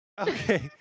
Okay